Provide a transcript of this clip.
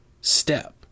Step